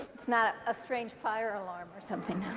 it's not a ah strange fire alarm or something.